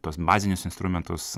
tuos bazinius instrumentus